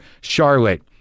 Charlotte